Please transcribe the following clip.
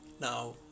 Now